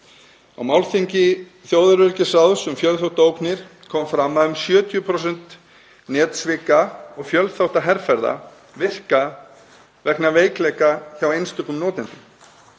Á málþingi þjóðaröryggisráðs um fjölþáttaógnir kom fram að um 70% netsvika og fjölþáttaherferða virka vegna veikleika hjá einstökum notendum.